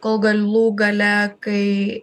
kol galų gale kai